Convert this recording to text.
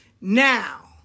Now